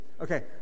Okay